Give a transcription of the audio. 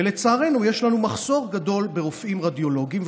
ולצערנו יש לנו מחסור גדול ברופאים רדיולוגיים,